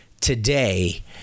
today